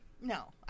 No